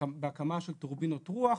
בהקמה של טורבינות רוח,